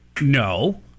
No